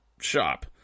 shop